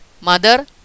Mother